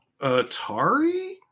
Atari